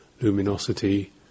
luminosity